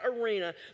arena